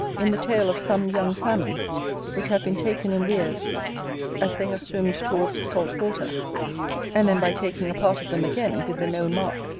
in the tail of some young salmons which have been taken in weirs as they have swimmed towards the salt water and then by taking a part of them again, with the known mark,